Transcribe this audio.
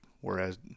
whereas